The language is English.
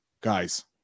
guys